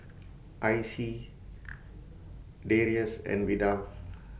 Icey Darius and Vidal